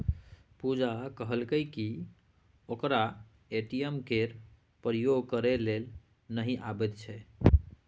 पुजा कहलकै कि ओकरा ए.टी.एम केर प्रयोग करय लेल नहि अबैत छै